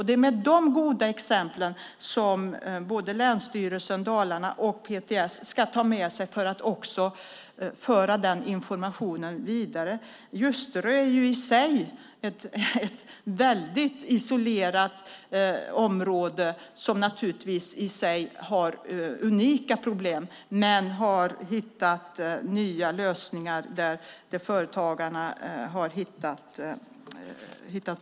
Det är de goda exemplen som länsstyrelsen i Dalarna och PTS ska ta med sig och föra informationen vidare. Ljusterö är ett väldigt isolerat område som naturligtvis har unika problem. Där har man hittat nya lösningar som är bra för företagen.